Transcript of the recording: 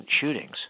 shootings